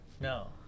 no